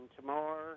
tomorrow